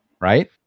right